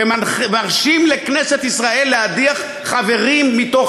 ומרשים לכנסת ישראל להדיח חברים מתוך